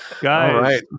Guys